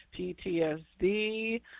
PTSD